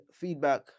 feedback